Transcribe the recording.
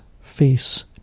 face